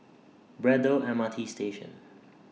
Braddell M R T Station